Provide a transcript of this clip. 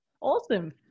Awesome